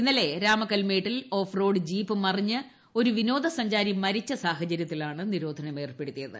ഇന്നലെ രാമക്കൽമേട്ടിൽ off road jeep മറിഞ്ഞ് ഒരു വിനോദസഞ്ചാരി മരിച്ച സാഹചര്യത്തിലാണ് നിരോധനംഏർപ്പെടുത്തിയത്